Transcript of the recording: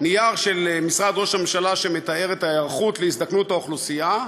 נייר של משרד ראש הממשלה שמתאר את ההיערכות להזדקנות האוכלוסייה,